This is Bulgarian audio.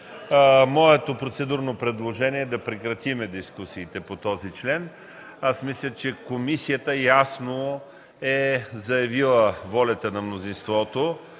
Моето процедурно предложение е да прекратим дискусиите по този член. Мисля, че комисията ясно е заявила волята на мнозинството